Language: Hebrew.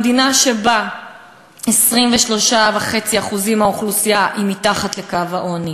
במדינה שבה 23.5% מהאוכלוסייה הם מתחת לקו העוני,